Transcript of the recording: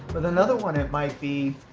with another one it might be,